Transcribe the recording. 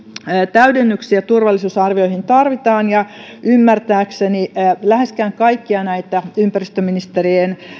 täydennyksiä turvallisuusarvioihin tarvitaan ja ymmärtääkseni läheskään kaikkia näitä ympäristöministerien